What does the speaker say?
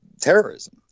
terrorism